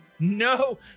No